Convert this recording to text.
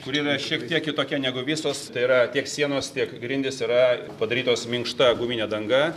kuri šiek tiek kitokia negu visos tai yra tiek sienos tiek grindys yra padarytos minkšta gumine danga